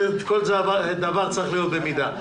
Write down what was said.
כל דבר צריך להיות במידה.